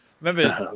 remember